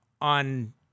on